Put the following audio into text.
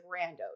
randos